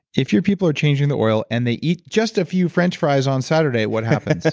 if your people are changing the oil and they eat just a few french fries on saturday, what happens?